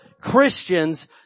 Christians